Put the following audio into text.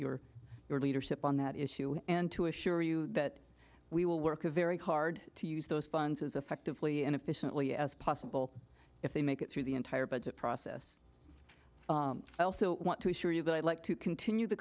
your leadership on that issue and to assure you that we will work very hard to use those funds as effectively and efficiently as possible if they make it through the entire budget process i also want to assure you that i'd like to continue the